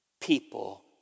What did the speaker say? people